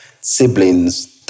siblings